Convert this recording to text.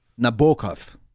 Nabokov